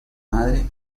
madre